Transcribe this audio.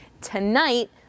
tonight